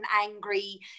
angry